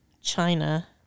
China